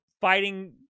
fighting